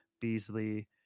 Beasley